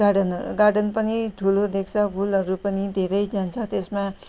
गार्डनहरू गार्डन पनि ठुलो देख्छ फुलहरू पनि धेरै जान्छ त्यसमा